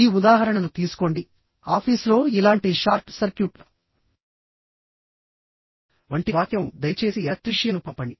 ఈ ఉదాహరణను తీసుకోండి ఆఫీసులో ఇలాంటి షార్ట్ సర్క్యూట్ వంటి వాక్యం దయచేసి ఎలక్ట్రీషియన్ను పంపండి